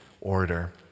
order